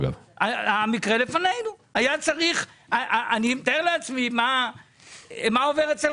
באמת צריך כוחות נפש לעניין הזה ולכן